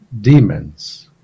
demons